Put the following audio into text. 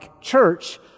church